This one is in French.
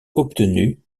obtenus